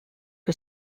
que